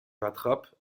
rattrape